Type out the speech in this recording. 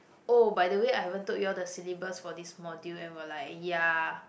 oh by the way I haven't told you all the syllabus for this module and we were like ya